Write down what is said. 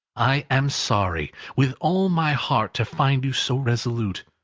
i am sorry, with all my heart, to find you so resolute.